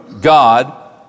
God